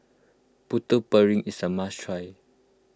Putu Piring is a must try